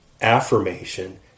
affirmation